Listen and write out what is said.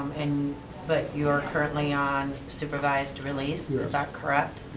and but you're currently on supervised release? yes. is that correct?